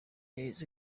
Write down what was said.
days